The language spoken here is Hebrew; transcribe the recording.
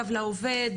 קו לעובד,